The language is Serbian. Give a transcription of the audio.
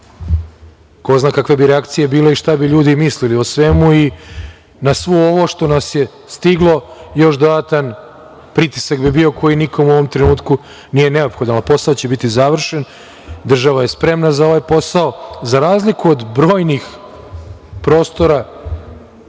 ko zna kakve bi reakcije bile i šta bi ljudi mislili o svemu i na sve ovo što nas je stiglo još dodatan pritisak bi bio koji niko u ovom trenutku nije neophodan, ali posao će biti završen, država je spremna za ovaj posao, a za razliku od brojnih prostora,